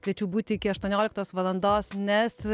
kviečiu būti iki aštuonioliktos valandos nes